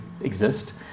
exist